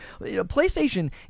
PlayStation